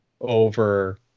over